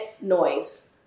noise